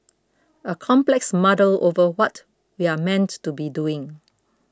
a complex muddle over what we're meant to be doing